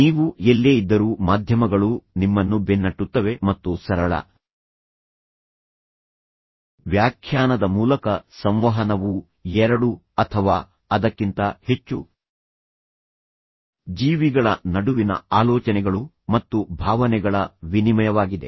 ನೀವು ಎಲ್ಲೇ ಇದ್ದರೂ ಮಾಧ್ಯಮಗಳು ನಿಮ್ಮನ್ನು ಬೆನ್ನಟ್ಟುತ್ತವೆ ಮತ್ತು ಸರಳ ವ್ಯಾಖ್ಯಾನದ ಮೂಲಕ ಸಂವಹನವು ಎರಡು ಅಥವಾ ಅದಕ್ಕಿಂತ ಹೆಚ್ಚು ಜೀವಿಗಳ ನಡುವಿನ ಆಲೋಚನೆಗಳು ಮತ್ತು ಭಾವನೆಗಳ ವಿನಿಮಯವಾಗಿದೆ